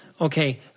Okay